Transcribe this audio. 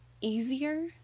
easier